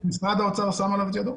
משרד האוצר שם עליו את ידו.